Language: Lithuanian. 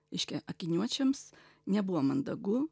reiškia akiniuočiams nebuvo mandagu